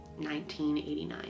1989